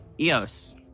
Eos